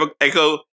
Echo